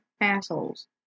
assholes